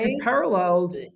parallels